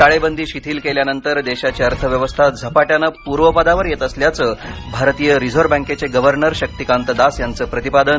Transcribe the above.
टाळेबंदी शिथील केल्यानंतर देशाची अर्थव्यवस्था झपाट्यानं पूर्वपदावर येत असल्याचं भारतीय रिझर्व बँकेचे गव्हर्नर शक्तीकांत दास यांचं प्रतिपादन